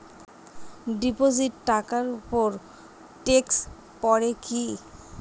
Deposit টাকার উপর tax পড়ে কি?